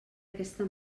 aquesta